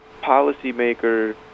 policymakers